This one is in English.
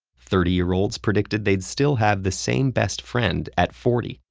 thirty year olds predicted they'd still have the same best friend at forty,